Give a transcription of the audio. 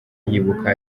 yibuka